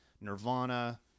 Nirvana